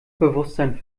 bewusstsein